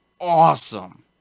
awesome